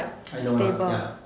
I know lah ya